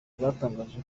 bwatangaje